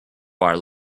bar